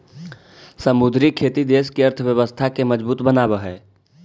समुद्री खेती देश के अर्थव्यवस्था के मजबूत बनाब हई